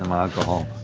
um ah alcohol